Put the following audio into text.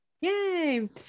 Yay